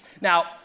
Now